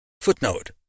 Footnote